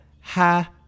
ha